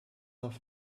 auf